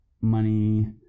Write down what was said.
money